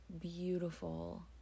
beautiful